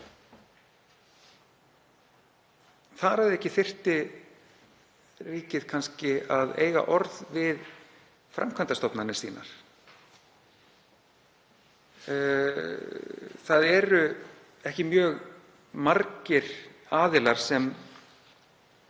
Þar að auki þyrfti ríkið kannski að eiga orð við framkvæmdastofnanir sínar. Það eru ekki mjög margir aðilar sem